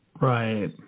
Right